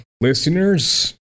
listeners